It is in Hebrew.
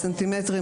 בסנטימטרים,